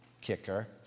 kicker